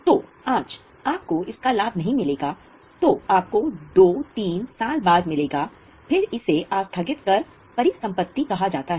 तो आज आपको इसका लाभ नहीं मिलेगा जो आपको दो तीन साल बाद मिलेगा फिर इसे आस्थगित कर परिसंपत्ति कहा जाता है